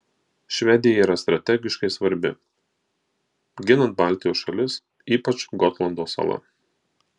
švedija yra strategiškai svarbi ginant baltijos šalis ypač gotlando sala